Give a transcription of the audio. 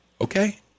Okay